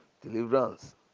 Deliverance